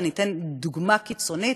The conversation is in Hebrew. ואני אתן דוגמה קיצונית,